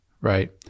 right